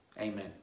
amen